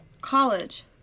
College